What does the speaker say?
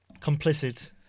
Complicit